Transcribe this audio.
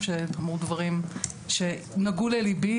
דברים שנגעו לליבי,